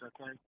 okay